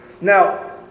Now